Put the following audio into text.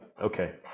Okay